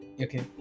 Okay